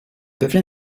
behöver